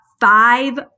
Five